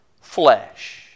flesh